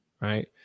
right